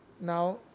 now